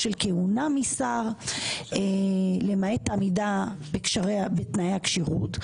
של כהונה משר למעט העמידה בתנאי הכשירות.